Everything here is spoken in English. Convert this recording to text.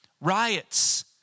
riots